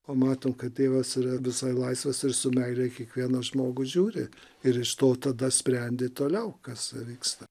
o matom kad tėvas yra visai laisvas ir su meile į kiekvieną žmogų žiūri ir iš to tada sprendi toliau kas vyksta